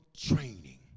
training